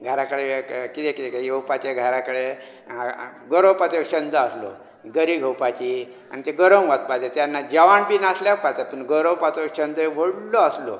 घरा कडेन कितें कितें येवपाचें घरा कडेन गरोवपाचो छंद आसलो गरी घेवपाची आनी तें गरोवंक वचपाचें तेन्ना जेवाण बी नासल्यार उपकरता पूण गरोवपाचो छंद व्हडलो आसलो